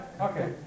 Okay